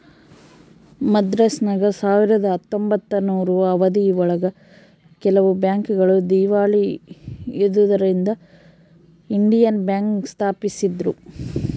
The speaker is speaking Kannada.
ಮದ್ರಾಸಿನಾಗ ಸಾವಿರದ ಹತ್ತೊಂಬತ್ತನೂರು ಅವಧಿ ಒಳಗ ಕೆಲವು ಬ್ಯಾಂಕ್ ಗಳು ದೀವಾಳಿ ಎದ್ದುದರಿಂದ ಇಂಡಿಯನ್ ಬ್ಯಾಂಕ್ ಸ್ಪಾಪಿಸಿದ್ರು